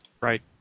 Right